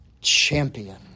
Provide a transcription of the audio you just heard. champion